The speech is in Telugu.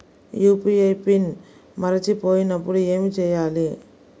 యూ.పీ.ఐ పిన్ మరచిపోయినప్పుడు ఏమి చేయాలి?